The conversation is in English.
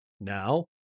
Now